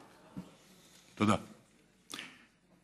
תודה,